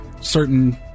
certain